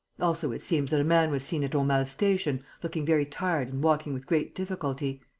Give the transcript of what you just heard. also, it seems that a man was seen at aumale station, looking very tired and walking with great difficulty.